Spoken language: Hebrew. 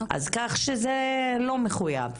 כך שזה לא מחויב.